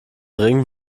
ring